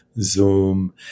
Zoom